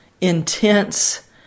intense